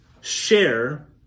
share